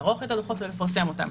לערוך את הדוחות ולפרסם אותם.